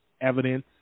evidence